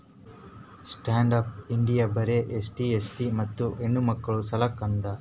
stand up India ಬರೆ SC ST ಮತ್ತ ಹೆಣ್ಣಮಕ್ಕುಳ ಸಲಕ್ ಅದ